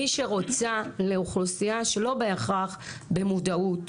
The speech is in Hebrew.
מי שרוצה לאוכלוסייה שלא בהכרח במודעות,